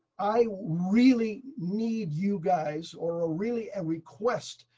i really need you guys, or ah really ah request,